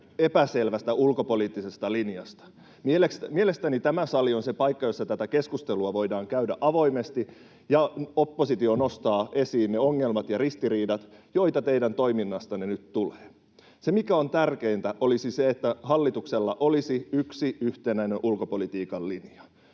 ryhmästä: Kyllä, juuri näin!] Mielestäni tämä sali on se paikka, jossa tätä keskustelua voidaan käydä avoimesti, ja oppositio nostaa esiin ne ongelmat ja ristiriidat, joita teidän toiminnastanne nyt tulee. Se, mikä on tärkeintä, olisi se, että hallituksella olisi yksi yhtenäinen ulkopolitiikan linja.